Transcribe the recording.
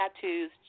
tattoos